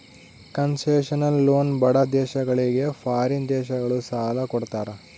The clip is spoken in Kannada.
ಕನ್ಸೇಷನಲ್ ಲೋನ್ ಬಡ ದೇಶಗಳಿಗೆ ಫಾರಿನ್ ದೇಶಗಳು ಸಾಲ ಕೊಡ್ತಾರ